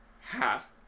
half